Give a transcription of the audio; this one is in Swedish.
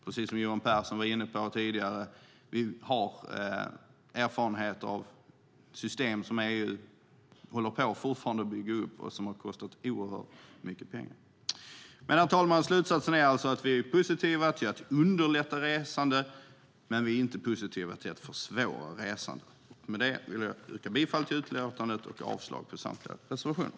Precis som Johan Pehrson var inne på har vi erfarenhet av system som EU fortfarande håller på att bygga upp och som har kostat oerhört mycket pengar. Herr talman! Slutsatsen är att Centerpartiet är positivt till att underlätta resande men inte till att försvåra resande. Jag yrkar bifall till förslaget i utlåtandet och avslag på samtliga reservationer.